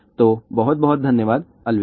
तो बहुत बहुत धन्यवाद अलविदा